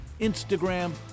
Instagram